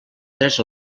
tres